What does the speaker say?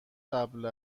قبل